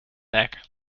back